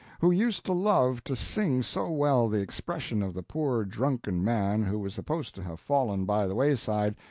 who used to love to sing so well the expression of the poor drunken man who was supposed to have fallen by the wayside,